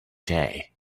day